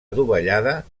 adovellada